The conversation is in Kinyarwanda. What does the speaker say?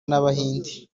n’abahinde